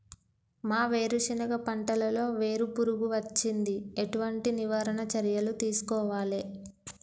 మా వేరుశెనగ పంటలలో వేరు పురుగు వచ్చింది? ఎటువంటి నివారణ చర్యలు తీసుకోవాలే?